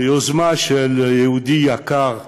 ביוזמה של יהודי יקר,